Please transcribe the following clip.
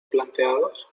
plateados